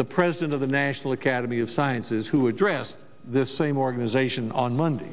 the president of the national academy of sciences who addressed the same organization on monday